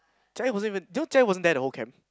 Jia Yi wasn't even you know Jia Yi wasn't there the whole camp